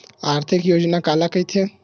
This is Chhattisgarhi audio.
आर्थिक योजना काला कइथे?